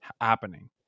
happening